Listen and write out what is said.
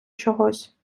чогось